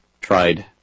tried